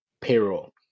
payroll